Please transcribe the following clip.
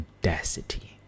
audacity